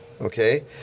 Okay